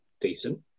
Decent